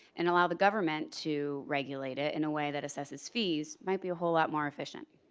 and allow the government to regulate it in a way that assesses fees might be a whole lot more efficient.